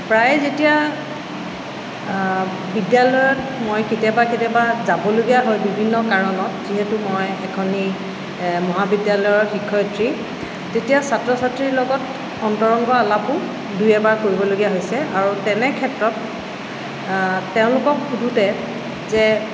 প্ৰায় যেতিয়া বিদ্যালয়ত মই কেতিয়াবা কেতিয়াবা যাবলগীয়া হয় বিভিন্ন কাৰণত যিহেতু মই এখনি মহাবিদ্যালয়ৰ শিক্ষয়িত্ৰী তেতিয়া ছাত্ৰ ছাত্ৰীৰ লগত অন্তৰংগ আলাপো দুই এবাৰ কৰিবলগীয়া হৈছে আৰু তেনে ক্ষেত্ৰত তেওঁলোকক সোধোঁতে যে